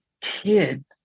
kids